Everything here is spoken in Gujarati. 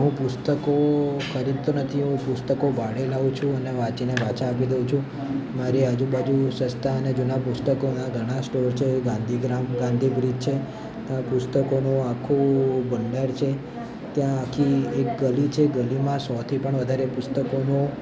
હું પુસ્તકો ખરીદતો નથી હું પુસ્તકો ભાડે લાવું છું અને વાંચીને પાછા આપી દઉં છું મારી આજુબાજુ સસ્તાં અને જૂનાં પુસ્તકોના ઘણા સ્ટોર છે એ ગાંધીગ્રામ ગાંધી બ્રિજ છે ત્યાં પુસ્તકોનો આખો ભંડાર છે ત્યાં આખી એક ગલી છે ગલીમાં સોથી પણ વધારે પુસ્તકોનો